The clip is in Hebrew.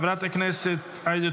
חבר הכנסת אחמד טיבי,